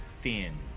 thin